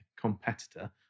competitor